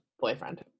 boyfriend